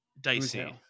dicey